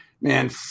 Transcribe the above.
man